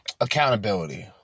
accountability